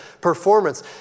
performance